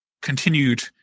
continued